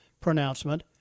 pronouncement